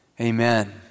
amen